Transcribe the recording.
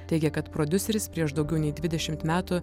teigia kad prodiuseris prieš daugiau nei dvidešimt metų